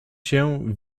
się